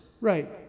Right